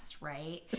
right